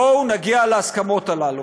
בואו נגיע להסכמות הללו.